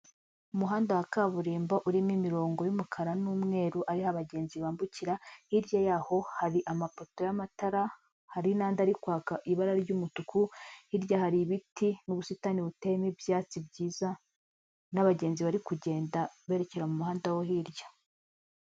Umuhanda wa kaburimbo urimo imirongo y'umukara n'umweru ariho abagenzi bambukira, hirya yaho hari amapoto y'amatara, hari n'andi ari kwaka ibara ry'umutuku, hirya hari ibiti n'ubusitani buteyemo ibyatsi byiza n'abagenzi bari kugenda berekeza mu muhanda wo hirya.